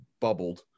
bubbled